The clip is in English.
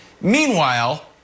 Meanwhile